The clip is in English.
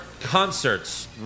concerts